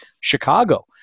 Chicago